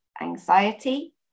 anxiety